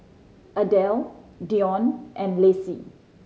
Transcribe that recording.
Adell Dionne and Lacy